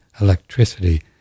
Electricity